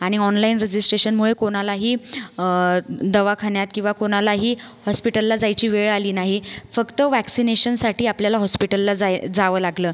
आणि ऑनलाईन रजिस्ट्रेशनमुळे कोणालाही दवाखान्यात किंवा कोणालाही हॉस्पिटलला जायची वेळ आली नाही फक्त वॅक्सिनेशनसाठी आपल्याला हॉस्पिटलला जाय जावं लागलं